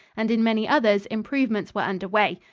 and in many others improvements were under way.